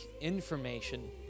information